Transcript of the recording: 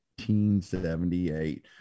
1978